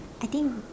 I think